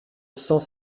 cent